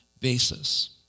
basis